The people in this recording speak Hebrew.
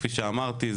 כפי שאמרתי,